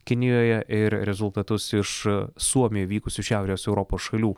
kinijoje ir rezultatus iš suomijoje vykusių šiaurės europos šalių